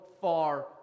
far